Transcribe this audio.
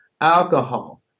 alcohol